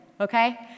okay